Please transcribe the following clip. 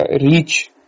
reach